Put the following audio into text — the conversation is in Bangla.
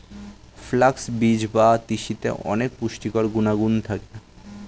ফ্ল্যাক্স বীজ বা তিসিতে অনেক পুষ্টিকর গুণাগুণ থাকে